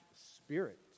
spirit